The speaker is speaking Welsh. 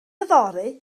yfory